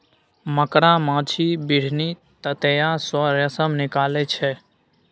मकड़ा, माछी, बिढ़नी, ततैया सँ रेशम निकलइ छै